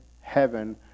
heaven